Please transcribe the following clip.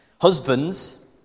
Husbands